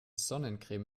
sonnencreme